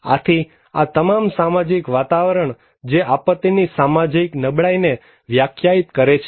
આથી આ તમામ સામાજિક વાતાવરણ જે આપત્તિની સામાજિક નબળાઈને વ્યાખ્યાયિત કરે છે